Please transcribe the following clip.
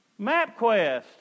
MapQuest